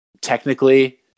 technically